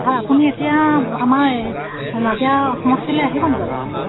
sir আপুনি এতিয়া আমাৰ নাজিৰা সমষ্টিলৈ আহিব নি বাৰু এতিয়া